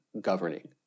governing